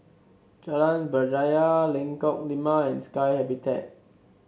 Jalan Berjaya Lengkok Lima and Sky Habitat